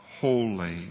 holy